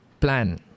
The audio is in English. plan